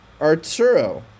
Arturo